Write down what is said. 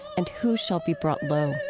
and who shall be brought low?